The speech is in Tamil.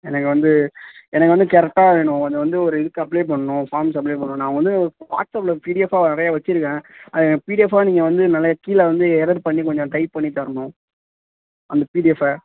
எனக்கு வந்து எனக்கு வந்து கரெக்டாக வேணும் அது வந்து ஒரு இதுக்கு அப்ளை பண்ணணும் ஃபார்ம்ஸ் அப்ளை பண்ணணும் நான் வந்து வாட்ஸ்அப்பில் பிடிஎஃப்பாக நிறையா வச்சுருக்கேன் அதை எனக்கு பிடிஎஃப்பாக நீங்கள் வந்து நல்லா கீழே வந்து எரர் பண்ணி கொஞ்சம் டைப் பண்ணி தரணும் அந்த பிடிஎஃப்பை